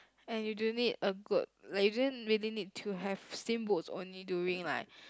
and you don't need a good like you don't really need to have steamboats only during like